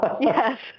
Yes